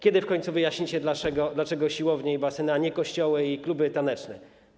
Kiedy w końcu wyjaśnicie, dlaczego siłownie i baseny, a nie kościoły i kluby taneczne?